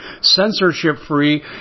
censorship-free